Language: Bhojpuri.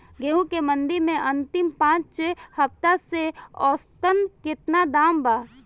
गेंहू के मंडी मे अंतिम पाँच हफ्ता से औसतन केतना दाम बा?